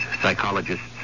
psychologists